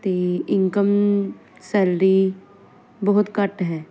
ਤੇ income salary ਬਹੁਤ ਘੱਟ ਹੈ